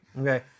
okay